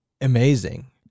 amazing